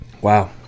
wow